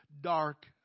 dark